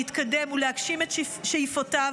להתקדם ולהגשים את שאיפותיו,